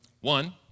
One